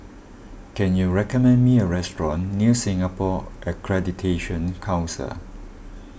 can you recommend me a restaurant near Singapore Accreditation Council